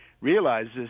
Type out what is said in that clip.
realizes